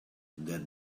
that